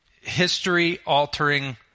history-altering